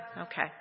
Okay